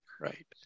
Right